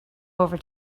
over